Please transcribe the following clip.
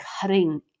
cutting